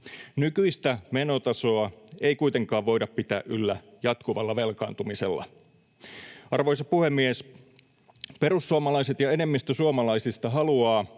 Nykyistä menotasoa ei kuitenkaan voida pitää yllä jatkuvalla velkaantumisella. Arvoisa puhemies! Perussuomalaiset ja enemmistö suomalaisista haluavat,